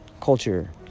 Culture